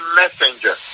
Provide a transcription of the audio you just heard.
messenger